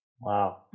Wow